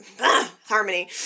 Harmony